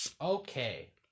Okay